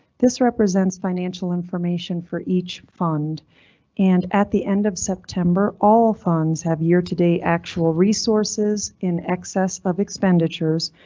this represents financial information for each fund and at the end of september, all funds have year to date actual resources in excess of expenditures,